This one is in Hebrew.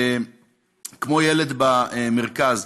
כמו ילד במרכז?